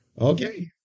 Okay